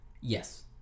Yes